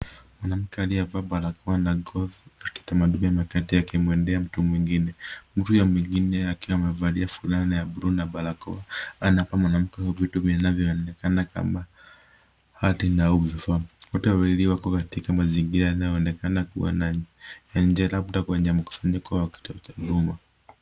Mwanamke aliyevaa barakoa na gozi za kitamaduni ameketi akimwendea mtu mwingine. Mtu huyo mwingine akiwa amevalia fulana ya blue na barakoa anampa mwanamke huyo vitu vinavyoonekana kama hati na vifaa. Watu wawili wako katika mazingira yanayoonekana kuwa ya nje labda kwenye mkusanyiko wa kutoa dharura.